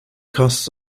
costs